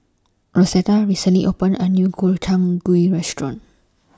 Rosetta recently opened A New Gobchang Gui Restaurant